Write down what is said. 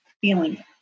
feeling